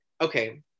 Okay